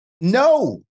No